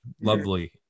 lovely